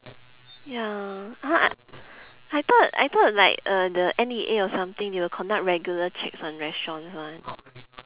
ya !huh! I thought I thought like uh the N_E_A or something they will conduct regular checks on restaurants one